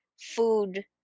food